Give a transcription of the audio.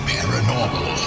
Paranormal